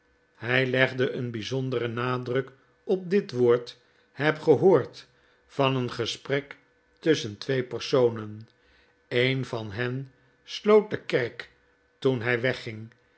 hij legde een bijzonderen nadruk op dit woord heb gehoord van een gesprek tusschen twee personen een van hen sloot de kerk toen hij wegging